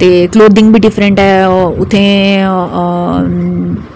ते क्लोथिंग बी डिफरैंट ऐ उत्थै दा